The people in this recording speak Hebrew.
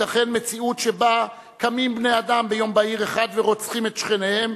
תיתכן מציאות שבה קמים בני-אדם ביום בהיר אחד ורוצחים את שכניהם,